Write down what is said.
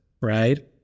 right